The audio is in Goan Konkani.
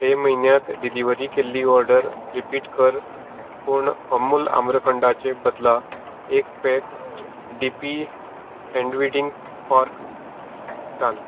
हे म्हयन्यांत डिलिव्हर केल्ली ऑर्डर रिपीट कर पूण अमूल आम्रखंडाचे बदला एक pack D P hand weeding fork घाल